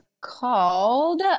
called